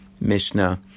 Mishnah